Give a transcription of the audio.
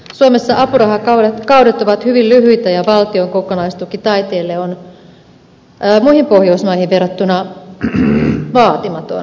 suomessa apurahakaudet ovat hyvin lyhyitä ja valtion kokonaistuki taiteelle on muihin pohjoismaihin verrattuna vaatimaton